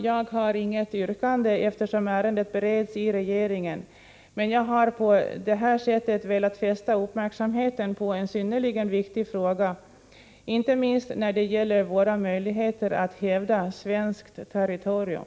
Jag har inget yrkande, eftersom ärendet bereds i regeringen, men jag har på detta sätt velat fästa uppmärksamheten på en synnerligen viktig fråga, inte minst när det gäller våra möjligheter att hävda svenskt territorium.